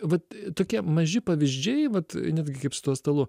vat tokie maži pavyzdžiai vat netgi kaip su tuo stalu